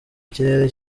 ikirere